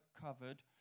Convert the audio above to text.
covered